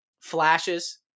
flashes